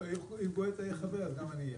אם גואטה יהיה חבר אז גם אני אהיה.